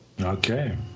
Okay